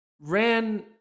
ran